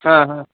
हां हां